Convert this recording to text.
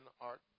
art